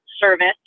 service